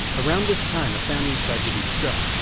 around this time a family tragedy struck.